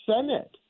Senate